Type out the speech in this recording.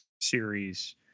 series